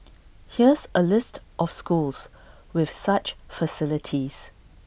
here's A list of schools with such facilities